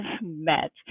met